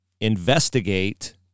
investigate